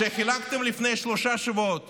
כשחילקתם לפני שלושה שבועות